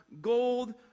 gold